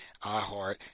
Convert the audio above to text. iHeart